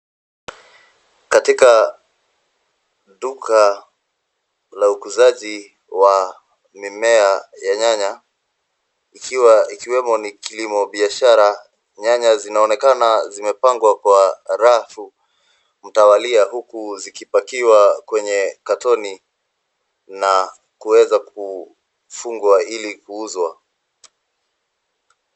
Katika duka la ukuzaji wa mimea ya nyanya, ikiwa, ikiwemo ni kilimo biashara. Nyanya zinaonekana zimepangwa kwa rafu mtawalia huku zikipakiwa kwenye katoni na kuweza kufungwa ilikuuuzwa.